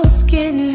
skin